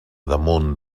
damunt